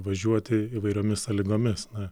važiuoti įvairiomis sąlygomis na